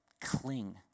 cling